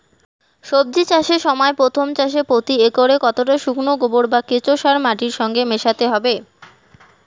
সবজি চাষের সময় প্রথম চাষে প্রতি একরে কতটা শুকনো গোবর বা কেঁচো সার মাটির সঙ্গে মেশাতে হবে?